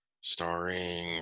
starring